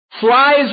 flies